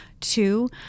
Two